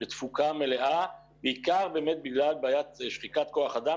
בתפוקה מלאה בעיקר באמת בגלל בעיית שחיקת כוח-אדם.